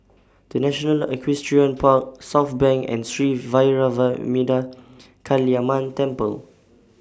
The National Equestrian Park Southbank and Sri Vairavimada Kaliamman Temple